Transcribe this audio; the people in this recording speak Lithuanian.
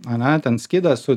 ane ten skydas su